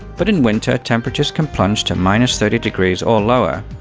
but in winter, temperatures can plunge to minus thirty degrees or lower,